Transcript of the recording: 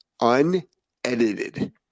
unedited